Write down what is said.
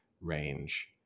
range